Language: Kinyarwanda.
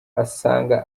asanga